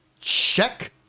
check